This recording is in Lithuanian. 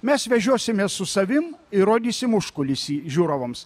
mes vežiosimės su savim ir rodysim užkulsy žiūrovams